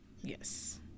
Yes